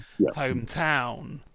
hometown